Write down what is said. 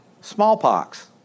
smallpox